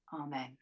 Amen